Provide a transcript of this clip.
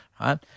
right